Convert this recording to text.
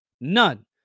None